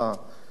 מדיניות,